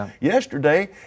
yesterday